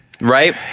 right